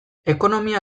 ekonomia